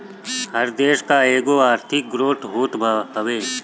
हर देस कअ एगो आर्थिक ग्रोथ होत हवे